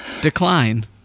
decline